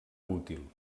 útil